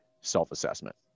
self-assessment